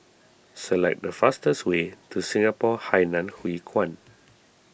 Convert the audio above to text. select the fastest way to Singapore Hainan Hwee Kuan